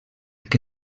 que